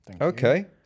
Okay